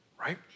right